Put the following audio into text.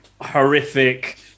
horrific